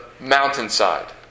mountainside